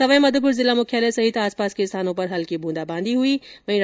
सवाई माधोपुर जिला मुख्यालय सहित आसपास के स्थानों पर भी हल्की बूंदाबांदी के समाचार हैं